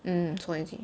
mm so I see